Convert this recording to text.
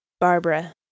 barbara